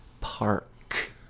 Park